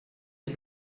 ich